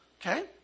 Okay